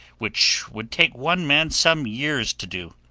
which would take one man some years to do.